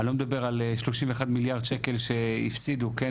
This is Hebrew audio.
אני לא מדבר על 31 מיליארד שקלים שהפסידו, כן?